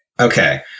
Okay